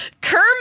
kermit